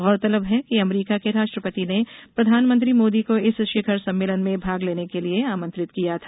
गौरतलब है कि अमरीका के राष्ट्रपति ने प्रधानमंत्री मोदी को इस शिखर सम्मेलन में भाग लेने के लिए आंमत्रित किया था